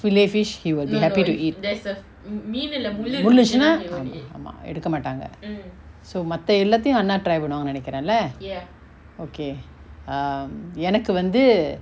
fillet fish he would be happy to eat முள்ளு இருந்துச்சுனா ஆமா ஆமா எடுக்க மாட்டாங்க:mullu irunthuchuna aama aama eduka maatanga so மத்த எல்லாத்தயு அண்ணா:matha ellathayu anna try பன்னுவாங்க நெனைக்குரள:pannuvanga nenaikurala okay err எனக்கு வந்து:enaku vanthu